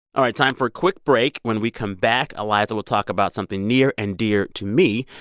all right. time for a quick break. when we come back, iliza will talk about something near and dear to me,